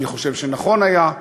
אני חושב שנכון היה,